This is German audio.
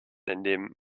indem